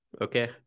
Okay